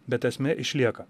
bet esmė išlieka